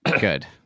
good